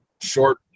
short